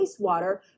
wastewater